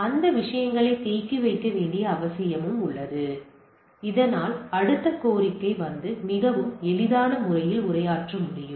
அந்த விஷயங்களைத் தேக்கி வைக்க வேண்டிய அவசியம் உள்ளது இதனால் அடுத்த கோரிக்கை வந்து மிகவும் எளிதான முறையில் உரையாற்ற முடியும்